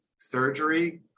surgery